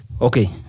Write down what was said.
Okay